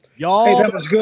Y'all